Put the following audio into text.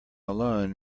alone